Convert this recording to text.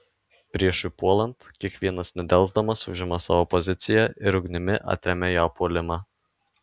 priešui puolant kiekvienas nedelsdamas užima savo poziciją ir ugnimi atremia jo puolimą